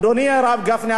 אדוני הרב גפני,